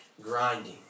Grinding